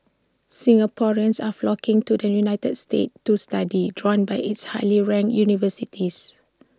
Singaporeans are flocking to the united states to study drawn by its highly ranked universities